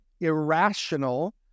irrational